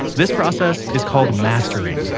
this process is called mastering,